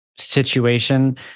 situation